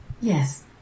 Yes